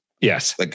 Yes